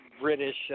British